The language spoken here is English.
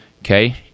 Okay